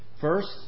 First